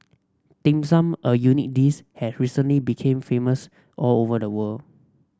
Dim Sum a unique this had recently became famous all over the world